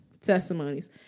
Testimonies